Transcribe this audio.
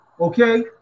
okay